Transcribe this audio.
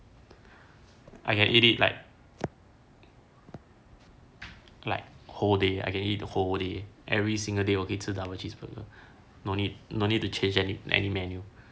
I can eat it like like whole day I can eat whole day every single day okay two double cheeseburger no need no need to change any any menu